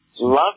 Love